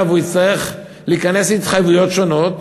הוא יצטרך להיכנס להתחייבויות שונות,